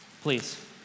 please